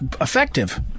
effective